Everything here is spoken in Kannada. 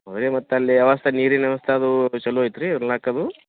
ಮತ್ತು ಅಲ್ಲಿ ವ್ಯವಸ್ಥೆ ನೀರಿನ ವ್ಯವಸ್ಥೆ ಅದು ಚೊಲೋ ಐತ್ರಿ ಇರ್ಲಿಕ್ ಅದು